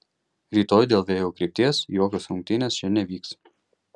rytoj dėl vėjo krypties jokios rungtynės čia nevyks